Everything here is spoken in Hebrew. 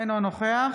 אינו נוכח